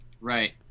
Right